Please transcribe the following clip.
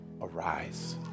Arise